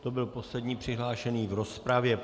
To byl poslední přihlášený v rozpravě.